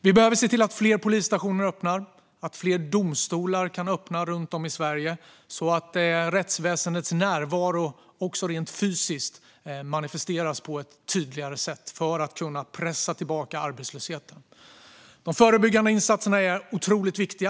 Vi behöver se till att fler polisstationer öppnar och att fler domstolar kan öppna runt om i Sverige så att rättsväsendets närvaro också rent fysiskt manifesteras på ett tydligare sätt för att kunna pressa tillbaka brottsligheten. De förebyggande insatserna är otroligt viktiga.